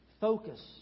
focus